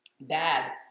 bad